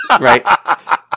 Right